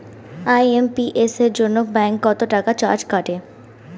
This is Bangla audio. আই.এম.পি.এস এর জন্য ব্যাংক কত চার্জ কাটে?